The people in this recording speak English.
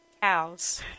cows